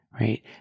right